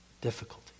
difficulty